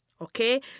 Okay